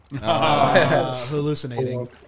Hallucinating